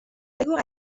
بگو